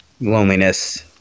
loneliness